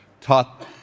taught